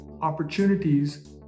opportunities